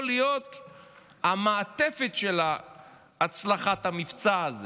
להיות המעטפת של הצלחת המבצע הזה?